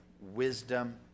wisdom